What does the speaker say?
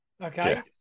Okay